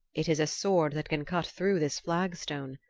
it is a sword that can cut through this flagstone.